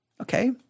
okay